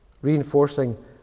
Reinforcing